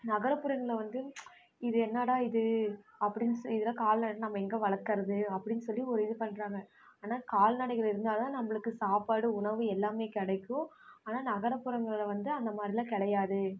நகர்புறங்கள்ல வந்து இது என்னடா இது அப்படின்னு இதெலாம் கால்நடையெலாம் நம்ம எங்கே வளர்க்கறது அப்படின்னு சொல்லி ஒரு இது பண்ணுறாங்க ஆனால் கால்நடைகள் இருந்தால் தான் நம்மளுக்கு சாப்பாடு உணவு எல்லாமே கிடைக்கும் ஆனால் நகர்புறங்கள்ல வந்து அந்தமாதிரில்லாம் கிடையாது